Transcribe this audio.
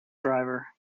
driver